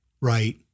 Right